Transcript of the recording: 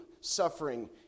suffering